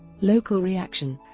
local reaction